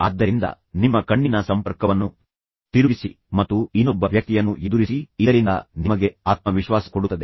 ಆದ್ದರಿಂದ ನಿಮ್ಮ ಕಣ್ಣಿನ ಸಂಪರ್ಕವನ್ನು ತಿರುಗಿಸಿ ಮತ್ತು ಇನ್ನೊಬ್ಬ ವ್ಯಕ್ತಿಯನ್ನು ಎದುರಿಸಿ ಇದರಿಂದ ನಿಮಗೆ ಆತ್ಮವಿಶ್ವಾಸ ಕೊಡುತ್ತದೆ